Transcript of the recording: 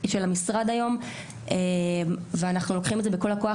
המשרד היום ואנחנו לוקחים את זה בכל הכוח.